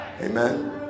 amen